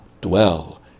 dwell